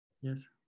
Yes